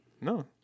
No